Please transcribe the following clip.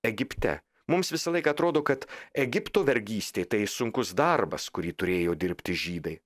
egipte mums visą laiką atrodo kad egipto vergystė tai sunkus darbas kurį turėjo dirbti žydai